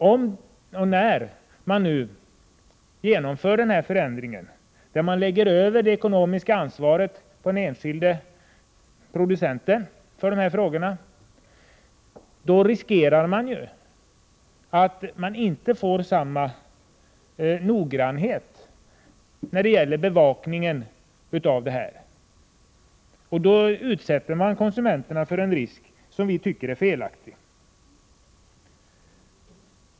Om och när man nu genomför den här förändringen och lägger över det ekonomiska ansvaret för dessa frågor på den enskilde producenten, är risken att man inte får samma noggrannhet när det gäller bevakningen. Då utsätter man konsumenterna för en onödig risk, och det tycker vi är felaktigt.